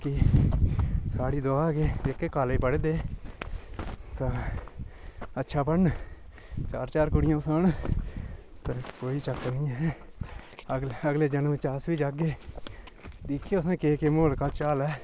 ते बाकी साढ़ी दुआ ऐ कि एह्के कालेज पढ़े दे तां अच्छा पढ़न चार चार कुड़ियां फसान ते कोई चक्कर नेईं ऐ अगले जन्म च अस बी जाह्गे दिक्खगे उत्थें केह् केह् म्हौल केह् झाल ऐ